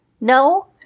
No